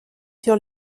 sur